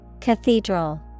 Cathedral